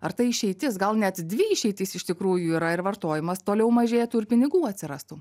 ar tai išeitis gal net dvi išeitys iš tikrųjų yra ir vartojimas toliau mažėtų ir pinigų atsirastų